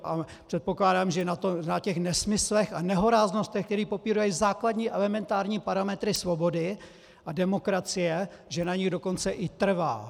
A předpokládám, že na těch nesmyslech a nehoráznostech, které popírají základní elementární parametry svobody a demokracie, dokonce i trvá!